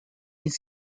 his